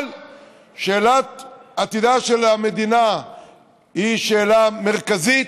אבל שאלת עתידה של המדינה היא שאלה מרכזית.